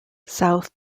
south